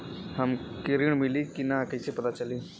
हमके ऋण मिली कि ना कैसे पता चली?